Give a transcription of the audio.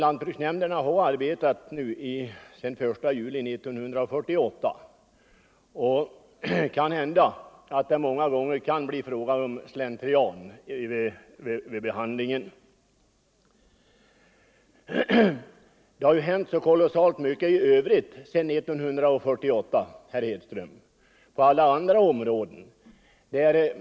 Lantbruksnämnderna har arbetat sedan den 1 juli 1948, och det kan hända att det många gånger blir slentrian vid behandlingen av sådana här frågor. Det har hänt så kolossalt mycket i fråga om inflytande sedan 1948, herr Hedström, på alla andra områden.